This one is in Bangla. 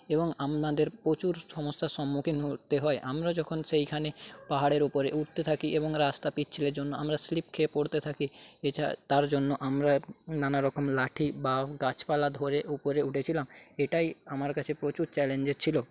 এবং আমাদের প্রচুর সমস্যার সম্মুখীন হতে হয় আমরা যখন সেইখানে পাহাড়ের ওপরে উঠতে থাকি সেইখানে রাস্তা পিচ্ছিলের জন্য আমরা স্লিপ খেয়ে পড়তে থাকি যেটা তার জন্য আমরা নানারকম লাঠি বা গাছপালা ধরে উপরে উঠেছিলাম এটাই আমার কাছে প্রচুর চ্যালেঞ্জের ছিল